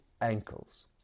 ankles